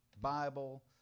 Bible